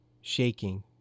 shaking